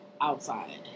outside